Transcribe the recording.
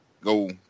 go